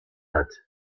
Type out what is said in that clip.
hat